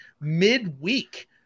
midweek